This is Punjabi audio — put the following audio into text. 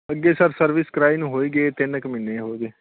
ਅੱਗੇ ਸਰ ਸਰਵਿਸ ਕਰਾਈ ਨੂੰ ਹੋ ਹੀ ਗਏ ਤਿੰਨ ਕੁ ਮਹੀਨੇ ਹੋ ਗਏ